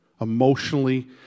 emotionally